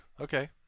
Okay